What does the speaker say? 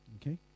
Okay